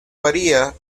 varía